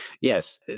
yes